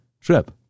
trip